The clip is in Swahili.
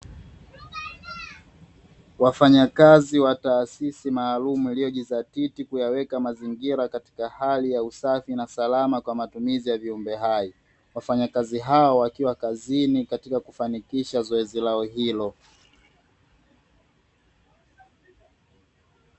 Wafanyakazi wa taasisi maalumu iliyojizatiti kuyaweka mazingira katika hali ya usafi na salama kwa matumizi ya viumbe hai. Wafanyakazi hao wakiwa kazini katika kufanikisha zoezi lao hilo.